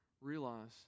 realize